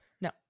No